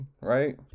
right